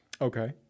Okay